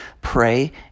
pray